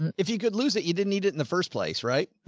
and if you could lose it, you didn't need it in the first place. right,